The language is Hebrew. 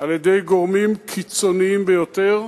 על-ידי גורמים קיצוניים ביותר,